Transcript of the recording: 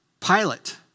Pilate